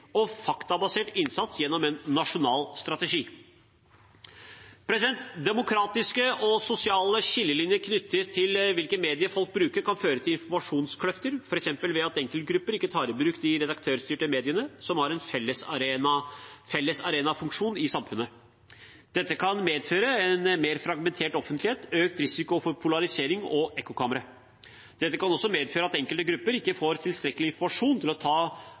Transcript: og faktabasert innsats gjennom en nasjonal strategi. Demografiske og sosiale skillelinjer knyttet til hvilke medier folk bruker, kan føre til informasjonskløfter, f.eks. ved at enkeltgrupper ikke tar i bruk de redaktørstyrte mediene som har en fellesarenafunksjon i samfunnet. Dette kan medføre en mer fragmentert offentlighet, økt risiko for polarisering og ekkokamre. Det kan også medføre at enkelte grupper ikke får tilstrekkelig informasjon til å ta